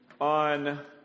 on